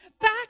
back